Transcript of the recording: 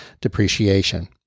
depreciation